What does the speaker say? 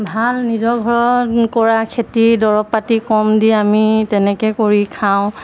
ভাল নিজৰ ঘৰত কৰা খেতি দৰৱ পাতি কম দি আমি তেনেকৈ কৰি খাওঁ